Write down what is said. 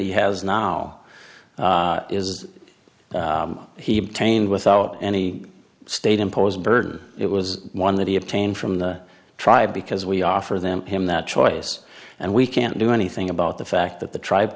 he has now is he obtained without any state imposed bird it was one that he obtained from the tribe because we offer them him that choice and we can't do anything about the fact that the tribe